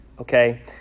okay